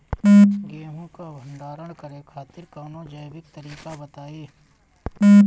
गेहूँ क भंडारण करे खातिर कवनो जैविक तरीका बताईं?